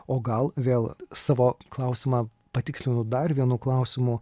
o gal vėl savo klausimą patikslinu dar vienu klausimu